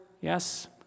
yes